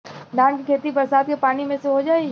धान के खेती बरसात के पानी से हो जाई?